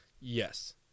Yes